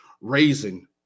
raising